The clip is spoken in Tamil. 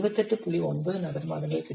9 நபர் மாதங்கள் கிடைக்கும்